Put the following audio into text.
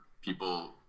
people